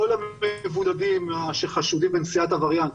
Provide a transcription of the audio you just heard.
כל המבודדים שחשודים בנשיאת הווריאנט,